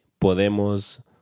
podemos